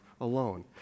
alone